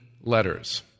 letters